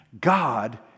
God